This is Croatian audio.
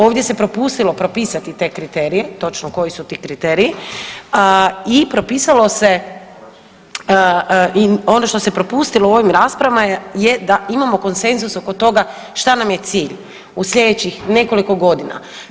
Ovdje se propustilo propisati te kriterije, točno koji su ti kriteriji i propisalo se i ono što se propustilo u ovim raspravama je da imamo konsenzus oko toga šta nam je cilj u sljedećih nekoliko godina.